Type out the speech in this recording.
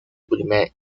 primer